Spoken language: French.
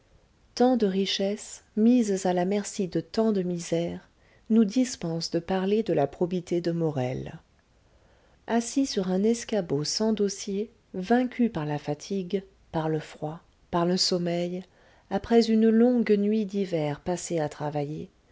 tant de richesses mises à la merci de tant de misère nous dispensent de parler de la probité de morel assis sur un escabeau sans dossier vaincu par la fatigue par le froid par le sommeil après une longue nuit d'hiver passée à travailler